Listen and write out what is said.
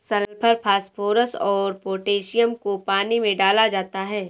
sulphur phosphorus और potassium को पानी में डाला जाता है